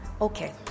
Okay